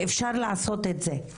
ואפשר לעשות את זה.